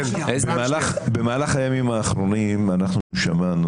במהלך הימים האחרונים אנחנו שמענו,